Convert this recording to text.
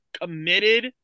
committed